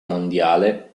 mondiale